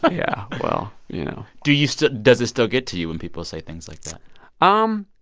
but yeah, well, you know do you still does it still get to you when people say things like um